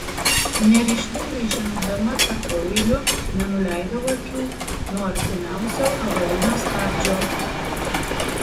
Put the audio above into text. neryžtingai žengdama tarpueiliu nenuleidau akių nuo artimiausio avarinio stabdžio